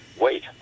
wait